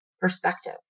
perspective